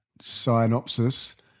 synopsis